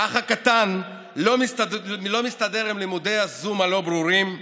האח הקטן לא מסתדר עם לימודי הזום הלא-ברורים.